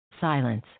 Silence